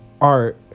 art